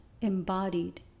embodied